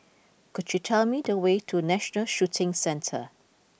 could you tell me the way to National Shooting Centre